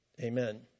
Amen